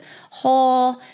whole